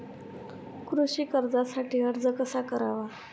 कृषी कर्जासाठी अर्ज कसा करावा?